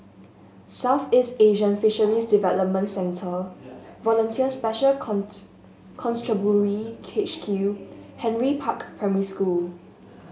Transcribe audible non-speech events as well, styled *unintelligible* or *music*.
Southeast Asian Fisheries Development Centre Volunteer Special *unintelligible* Constabulary H Q Henry Park Primary School